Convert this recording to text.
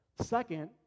Second